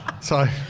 Sorry